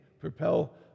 propel